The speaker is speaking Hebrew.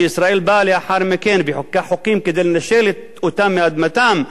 וישראל באה לאחר מכן וחוקקה חוקים כדי לנשל אותם מאדמתם,